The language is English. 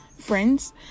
friends